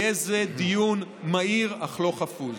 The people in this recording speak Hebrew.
יהיה זה דיון מהיר, אך לא חפוז.